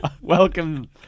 Welcome